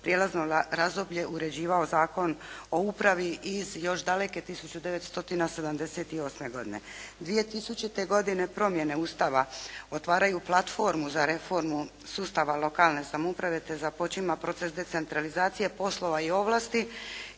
prijelazno razdoblje uređivao Zakon o upravi iz još daleke 1978. godine. 2000. godine promjene Ustava otvaraju platformu za reformu sustava lokalne samouprave te započima proces decentralizacije poslova i ovlasti